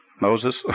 Moses